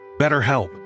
BetterHelp